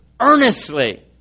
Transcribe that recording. Earnestly